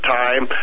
time